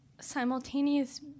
simultaneous